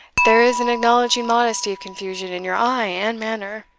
there is an acknowledging modesty of confusion in your eye and manner.